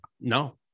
no